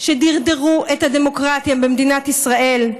דרדרו את הדמוקרטיה במדינת ישראל,